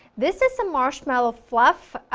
this is some marshmallow fluff,